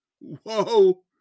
Whoa